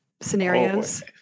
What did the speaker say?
scenarios